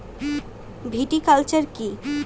Viticulture কী?